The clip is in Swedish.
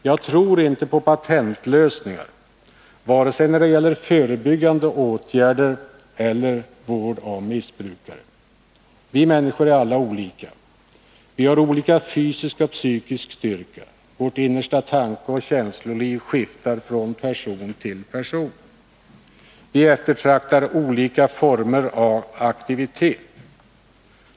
Jag tror inte på patentlösningar när det gäller vare sig förebyggande åtgärder eller vård av missbrukare. Vi människor är alla olika. Vi har olika fysisk och psykisk styrka. Vårt innersta tankeoch känsloliv skiftar från person till person. Vi eftertraktar olika former av aktivitet.